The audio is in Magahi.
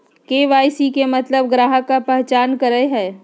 के.वाई.सी के मतलब ग्राहक का पहचान करहई?